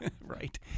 right